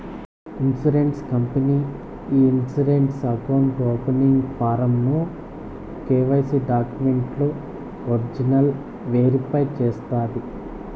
insurance company ఈ insurance account opening form ను KYC డాక్యుమెంట్లు ఒరిజినల్ వెరిఫై చేస్తాది